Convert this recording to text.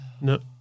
No